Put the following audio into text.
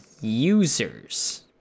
users